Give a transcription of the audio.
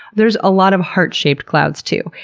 there's a lot of heart-shaped clouds, too,